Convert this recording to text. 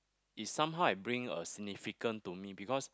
is somehow I bring a significant to me because